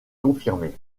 confirmée